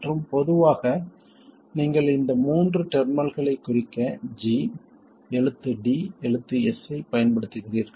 மற்றும் பொதுவாக நீங்கள் இந்த மூன்று டெர்மினல்களைக் குறிக்க G எழுத்து D எழுத்து S ஐப் பயன்படுத்துகிறீர்கள்